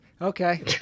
Okay